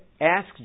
ask